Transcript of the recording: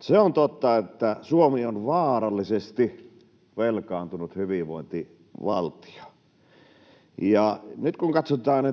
Se on totta, että Suomi on vaarallisesti velkaantunut hyvinvointivaltio. Nyt kun katsotaan,